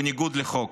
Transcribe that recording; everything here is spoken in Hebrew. בניגוד לחוק.